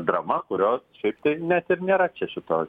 drama kurios šiaip tai net ir nėra čia šitoj